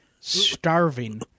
starving